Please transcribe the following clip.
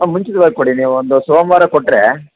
ಹಾಂ ಮುಂಚಿತ್ವಾಗಿ ಕೊಡಿ ನೀವೊಂದು ಸೋಮವಾರ ಕೊಟ್ಟರೆ